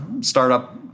startup